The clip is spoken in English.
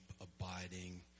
abiding